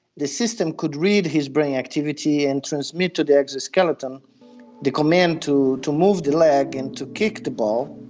the system could read his brain activity and transmit to the exoskeleton the command to to move the leg and to kick the ball.